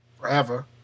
Forever